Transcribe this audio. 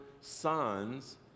sons